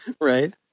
Right